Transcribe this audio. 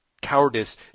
cowardice